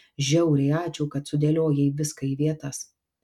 žiauriai ačiū kad sudėliojai viską į vietas